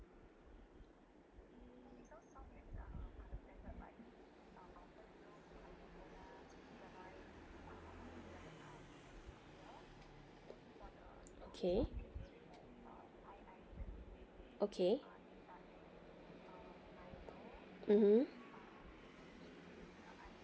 okay okay mmhmm